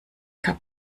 kam